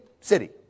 city